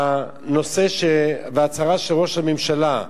ההצהרה של ראש הממשלה,